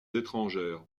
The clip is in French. étrangères